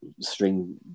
string